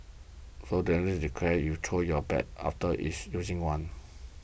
so don't need to declare you true your bag after it's using one